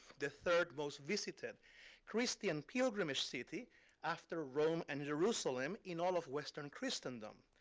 the third most visited christian pilgrimage city after rome and jerusalem in all of western christendom.